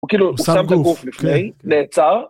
הוא כאילו שם את הגוף לפני, נעצר